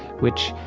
which,